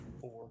Four